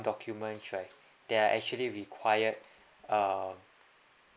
documents right that are actually required um